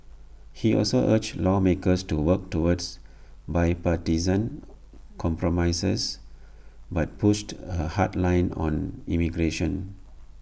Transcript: he also urged lawmakers to work toward bipartisan compromises but pushed A hard line on immigration